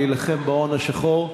להילחם בהון השחור.